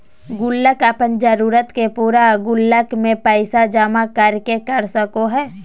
गुल्लक अपन जरूरत के पूरा गुल्लक में पैसा जमा कर के कर सको हइ